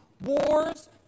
wars